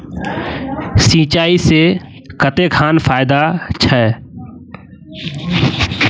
सिंचाई से कते खान फायदा छै?